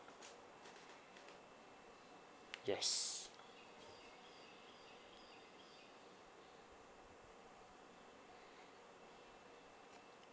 yes